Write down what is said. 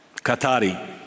Qatari